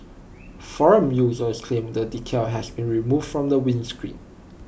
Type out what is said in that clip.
forum users claimed the decal has been removed from the windscreen